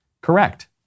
correct